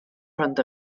front